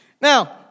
Now